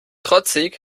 trotzig